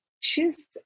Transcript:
choose